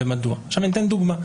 אני אתן דוגמה.